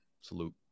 salute